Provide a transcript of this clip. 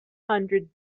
hundred